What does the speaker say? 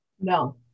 No